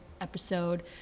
episode